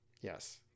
Yes